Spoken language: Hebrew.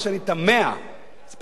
זה פשוט נשמע לי לא לעניין.